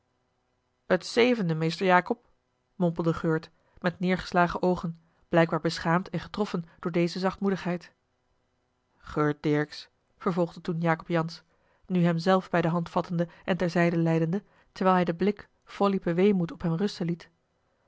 zevende meester jacob mompelde geurt met neêrgeslagen oogen blijkbaar beschaamd en getroffen door deze zachtmoedigheid geurt dirkz vervolgde toen jacob jansz nu hem zelf bij de hand vattende en ter zijde leidende terwijl hij den blik vol diepen weemoed op hem rusten liet